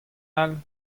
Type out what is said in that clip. all